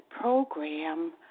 program